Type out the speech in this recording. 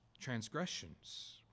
transgressions